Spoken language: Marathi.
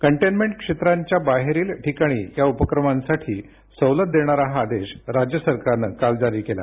कंटेनमेंट क्षेत्रांच्या बाहेरील ठिकाणी या उपक्रमांसाठी उद्यापासून सवलत देणारा हा आदेश राज्य सरकारनं आज जारी केला